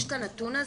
יש את הנתון הזה?